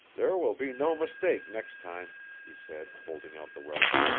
there will be no mistake next time, he said, holding out the weapon.